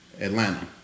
Atlanta